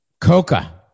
Coca